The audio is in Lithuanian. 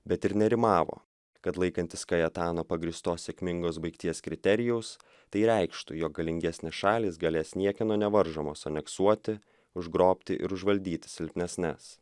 bet ir nerimavo kad laikantis kajetano pagrįstos sėkmingos baigties kriterijaus tai reikštų jog galingesnės šalys galės niekieno nevaržomos aneksuoti užgrobti ir užvaldyti silpnesnes